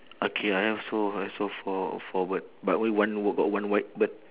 okay I have so I also four four bird but only one yellow got one white bird